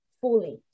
fully